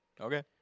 Okay